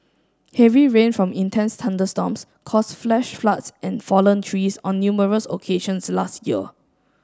heavy rain from intense thunderstorms caused flash floods and fallen trees on numerous occasions last year